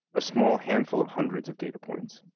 a small handful of hundreds of data points.